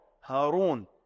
Harun